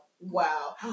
wow